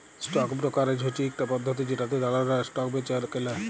stock brokerage হচ্যে ইকটা পদ্ধতি জেটাতে দালালরা স্টক বেঁচে আর কেলে